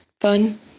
fun